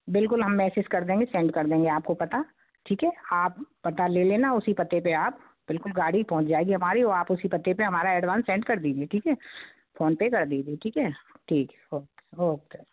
बिल्कुल हम मैसेस कर देंगे सेंड कर देंगे आपको पता ठीक है आप पता ले लेना उसी पते पर आप बिल्कुल गाड़ी पहुंच जाएगी हमारी और आप उसी पते पर हमारा एडवांस सेंड कर दीजिए ठीक है फोनपे कर दीजिए ठीक है ठीक है ओके ओके